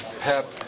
Pep